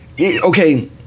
okay